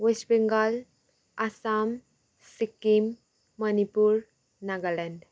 West Bengal Assam Sikkim Manipur Nagaland